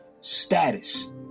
status